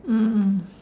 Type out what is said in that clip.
mm mm